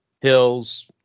Hills